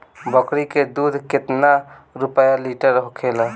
बकड़ी के दूध केतना रुपया लीटर होखेला?